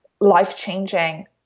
life-changing